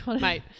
Mate